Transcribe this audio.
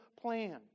plan